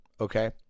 Okay